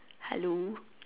hello